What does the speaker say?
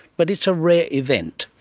but it's a rare event.